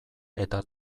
eta